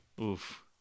Oof